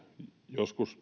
joskus